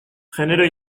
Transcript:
genero